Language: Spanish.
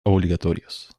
obligatorios